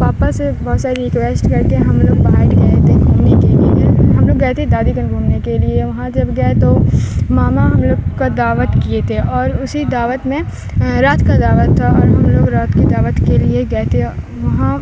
پاپا سے بہت ساری ریکویسٹ کر کے ہم لوگ باہر گئے تھے گھومنے کے لیے ہم لوگ گئے تھے دادی گ گھومنے کے لیے وہاں جب گئے تو ماما ہم لوگ کا دعوت کیے تھے اور اسی دعوت میں رات کا دعوت تھا اور ہم لوگ رات کی دعوت کے لیے گئے تھے وہاں